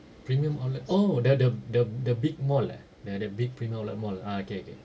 premium outlet oh the the the the big mall eh the the big premium outlet mall ah okay okay